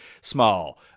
small